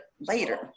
later